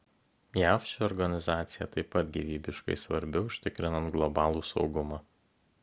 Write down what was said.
jav ši organizacija taip pat gyvybiškai svarbi užtikrinant globalų saugumą